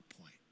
point